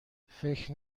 فکر